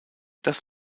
das